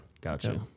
Gotcha